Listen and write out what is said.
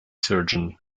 surgeon